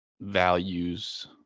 values